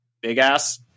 big-ass